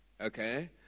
Okay